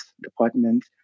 department